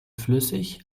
flüssig